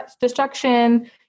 destruction